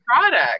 product